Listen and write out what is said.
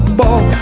ball